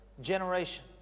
generation